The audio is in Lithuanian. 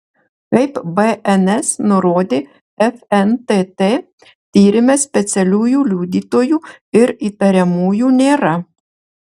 kaip bns nurodė fntt tyrime specialiųjų liudytojų ir įtariamųjų nėra